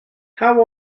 how